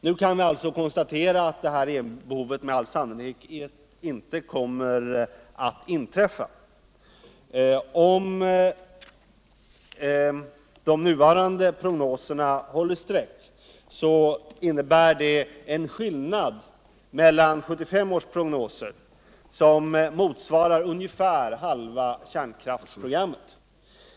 Nu kan vi alltså konstatera att den här ökningen av elbehovet med all sannolikhet inte kommer att inträffa. Om de nuvarande prognoserna håller streck, innebär det en skillnad i förhållande till 1975 års prognoser, motsvarande ungefär halva kärnkraftsprogrammet.